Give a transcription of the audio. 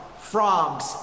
frogs